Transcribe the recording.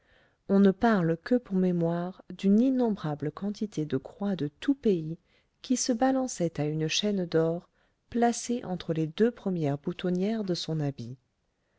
on ne parle que pour mémoire d'une innombrable quantité de croix de tous pays qui se balançaient à une chaîne d'or placée entre les deux premières boutonnières de son habit